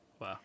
Wow